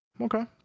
okay